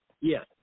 Yes